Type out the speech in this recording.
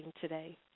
today